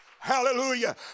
Hallelujah